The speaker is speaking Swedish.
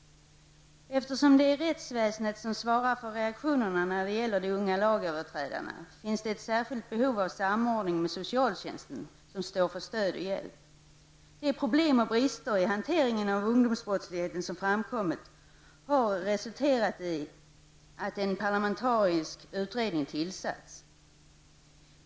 Eftersom det är rättsväsendet som svarar för reaktionerna när det gäller de unga lagöverträdarna, finns det ett särskilt behov av samordning med socialtjänsten, som står för stöd och hjälp. De problem och brister i hanteringen av ungdomsbrottsligheten som har framkommit har resulterat i att en parlamentarisk utredning tillsatts.